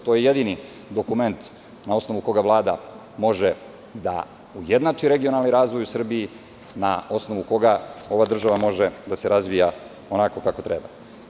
To je jedini dokument na osnovu koga Vlada može da ujednači regionalni razvoj u Srbiji, na osnovu koga ova država može da se razvija onako kako treba.